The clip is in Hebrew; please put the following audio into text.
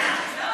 שמתי, שמתי.